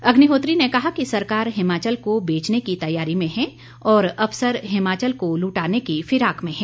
अग्निहोत्री ने कहा कि सरकार हिमाचल को बेचने की तैयारी में है और असफर हिमाचल को लुटाने की फिराक में हैं